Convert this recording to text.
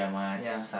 ya